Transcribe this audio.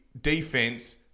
defense